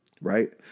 right